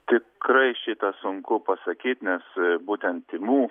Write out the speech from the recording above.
tikrai šitą sunku pasakyt nes būtent tymų